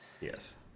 Yes